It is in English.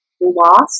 lost